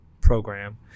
program